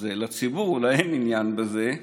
אז לציבור אולי אין עניין בזה,